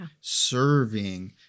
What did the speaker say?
serving